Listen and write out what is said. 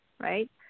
right